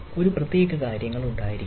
ഒരു പ്രത്യേക കാര്യങ്ങൾ ഉണ്ടായിരിക്കണം